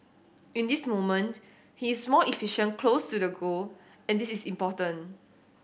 in this moment he is more efficient close to the goal and this is important